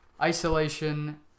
isolation